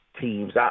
teams –